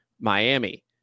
Miami